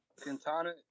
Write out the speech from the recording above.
Quintana